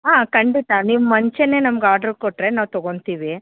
ಹಾಂ ಖಂಡಿತ ನೀವು ಮುಂಚೆನೆ ನಮ್ಗೆ ಆರ್ಡ್ರು ಕೊಟ್ಟರೆ ನಾವು ತೊಗೊಳ್ತೀವಿ